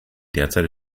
derzeit